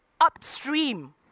upstream